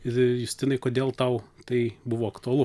ir justinai kodėl tau tai buvo aktualu